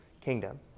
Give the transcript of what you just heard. kingdom